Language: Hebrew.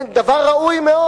דבר ראוי מאוד.